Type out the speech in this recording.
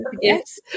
Yes